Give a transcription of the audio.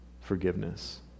forgiveness